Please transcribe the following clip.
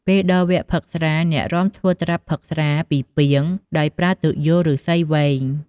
ពេលដល់វត្គផឹកស្រា អ្នករាំធ្វើត្រាប់ផឹកស្រាពីពាងដោយប្រើទុយោឫស្សីវែង។